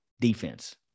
defense